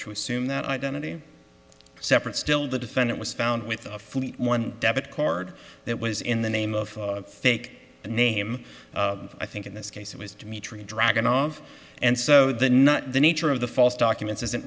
to assume that identity separate still the defendant was found with a fully one debit card that was in the name of fake name i think in this case it was dmitri dragon off and so the not the nature of the false documents isn't